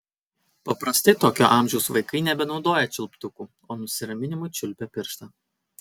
paprastai tokio amžiaus vaikai nebenaudoja čiulptukų o nusiraminimui čiulpia pirštą